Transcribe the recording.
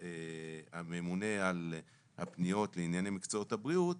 הממונה על הפניות לענייני מקצועות הבריאות,